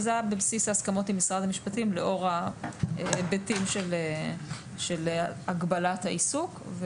וזה היה בבסיס ההסכמות עם משרד המשפטים לאור ההיבטים של הגבלת העיסוק.